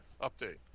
Update